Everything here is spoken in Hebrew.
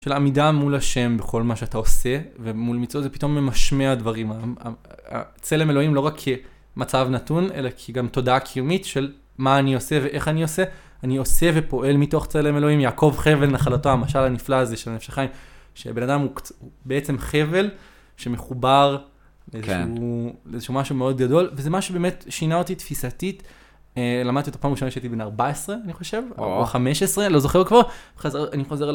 של העמידה מול השם בכל מה שאתה עושה, ומול מצוות זה פתאום ממשמע דברים. צלם אלוהים לא רק כמצב נתון, אלא כי גם תודעה קיומית של מה אני עושה ואיך אני עושה. אני עושה ופועל מתוך צלם אלוהים. יעקב חבל, נחלתו המשל הנפלא הזה של הנפש החיים, שבן אדם הוא בעצם חבל שמחובר לאיזשהו משהו מאוד גדול, וזה משהו שבאמת שינה אותי תפיסתית. למדתי את הפעם הראשונה שהייתי בן 14, אני חושב, או 15, לא זוכר כמו. אני חוזר...